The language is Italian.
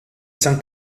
san